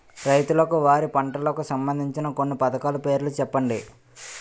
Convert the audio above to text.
రైతులకు వారి పంటలకు సంబందించిన కొన్ని పథకాల పేర్లు చెప్పండి?